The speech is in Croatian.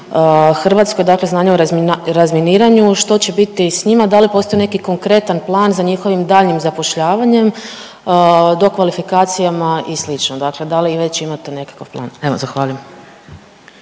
Hrvatskoj, dakle znanja o razminiranju, što će biti s njima, da li postoji neki konkretan plan za njihovim daljnjim zapošljavanjem, dokvalifikacijama i slično? Dakle da li već imate nekakav plan? Evo, zahvaljujem.